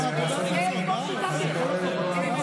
הסדרנים, אני קורא את בועז אצלי קריאה שנייה.